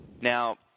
Now –